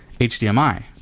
HDMI